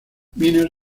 minos